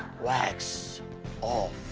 wax ah